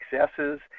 successes